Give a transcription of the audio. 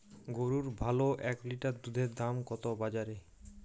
গরুর ভালো এক লিটার দুধের দাম কত বাজারে?